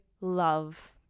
love